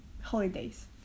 holidays